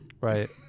Right